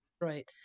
right